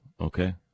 okay